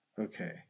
Okay